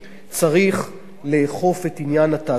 צריך לאכוף את עניין התעסוקה.